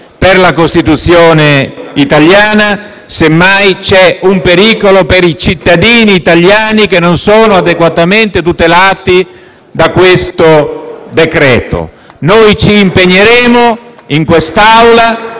per la Costituzione italiana, semmai, c'è un pericolo per i cittadini italiani, che non sono adeguatamente tutelati da questo decreto-legge. Noi ci impegneremo in quest'Aula